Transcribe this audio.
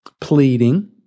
pleading